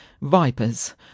Vipers